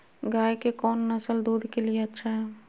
गाय के कौन नसल दूध के लिए अच्छा है?